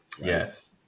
yes